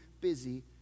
busy